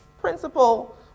principle